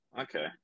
Okay